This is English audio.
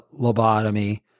lobotomy